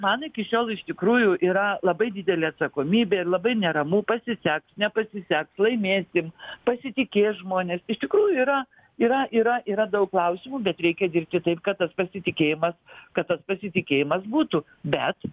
man iki šiol iš tikrųjų yra labai didelė atsakomybė ir labai neramu pasiseks nepasiseks laimėsim pasitikės žmonės iš tikrųjų yra yra yra yra daug klausimų bet reikia dirbti taip kad tas pasitikėjimas kad tas pasitikėjimas būtų bet